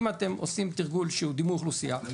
אם אתם עושים תרגול שהוא דימוי אוכלוסייה --- אבל